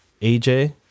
AJ